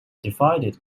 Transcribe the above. divided